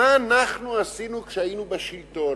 מה אנחנו עשינו כשהיינו בשלטון,